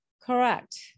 Correct